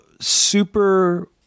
super